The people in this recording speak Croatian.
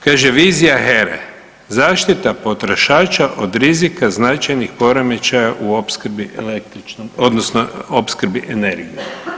Kaže vizija HERA-e, zaštita potrošača od rizika značajnih poremećaja u opskrbi električnom odnosno opskrbi energijom.